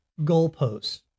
goalposts